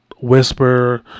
whisper